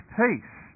peace